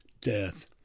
death